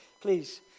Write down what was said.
please